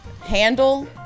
handle